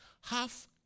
half